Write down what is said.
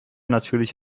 natürlich